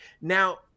Now